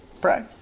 pray